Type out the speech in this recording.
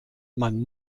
man